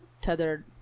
tethered